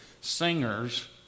singers